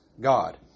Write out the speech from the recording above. God